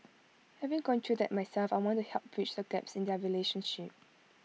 having gone through that myself I want to help bridge the gaps in their relationship